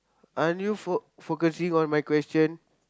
aren't you fo~ focusing on my question